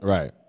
Right